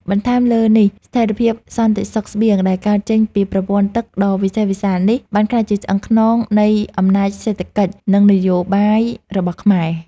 បន្ថែមលើនេះ ស្ថិរភាពសន្តិសុខស្បៀងដែលកើតចេញពីប្រព័ន្ធទឹកដ៏វិសេសវិសាលនេះ បានក្លាយជាឆ្អឹងខ្នងនៃអំណាចសេដ្ឋកិច្ច និងនយោបាយរបស់ខ្មែរ។